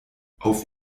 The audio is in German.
auf